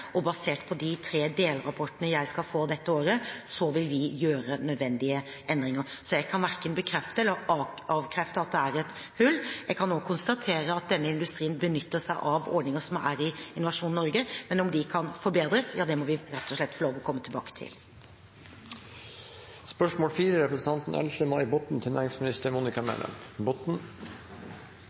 og basert på de tre delrapportene jeg skal få dette året, vil vi foreta nødvendige endringer. Så jeg kan verken bekrefte eller avkrefte at det er et hull. Jeg kan konstatere at denne industrien benytter seg av ordninger som finnes i Innovasjon Norge, men om de kan forbedres, må vi rett og slett få lov til å komme tilbake til. Jeg tillater meg å stille følgende spørsmål til